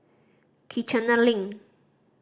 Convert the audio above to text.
Kiichener Link